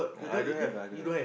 I don't have I don't have